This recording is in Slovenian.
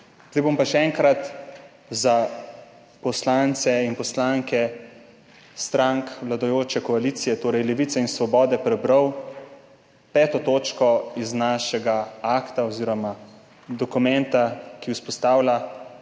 Zdaj bom pa še enkrat za poslance in poslanke strank vladajoče koalicije, torej Levice in Svobode, prebral 5. točko iz našega akta oziroma dokumenta, ki vzpostavlja